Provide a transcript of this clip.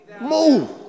Move